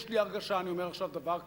יש לי הרגשה, אני אומר עכשיו דבר קשה,